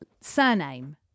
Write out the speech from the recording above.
surname